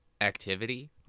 activity